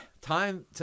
time